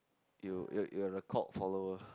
you you you are a cult follower